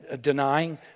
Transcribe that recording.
denying